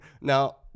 Now